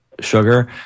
sugar